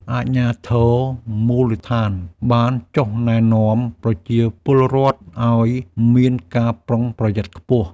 អាជ្ញាធរមូលដ្ឋានបានចុះណែនាំប្រជាពលរដ្ឋឱ្យមានការប្រុងប្រយ័ត្នខ្ពស់។